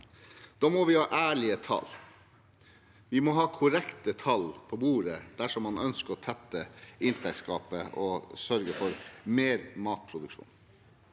Da må vi ha ærlige tall. Vi må ha korrekte tall på bordet dersom man ønsker å tette inntektsgapet og sørge for mer matproduksjon.